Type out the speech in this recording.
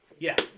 Yes